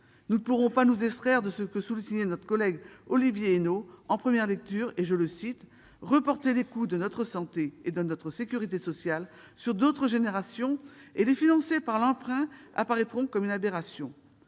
Nous ne pourrons pas faire abstraction du constat énoncé par collègue Olivier Henno en première lecture :« Reporter les coûts de notre santé et de notre sécurité sociale sur d'autres générations et les financer par l'emprunt apparaîtront comme une aberration.